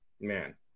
man